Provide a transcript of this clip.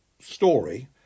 story